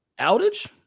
outage